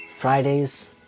Fridays